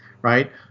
Right